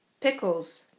pickles